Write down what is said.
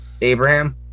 Abraham